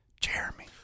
Jeremy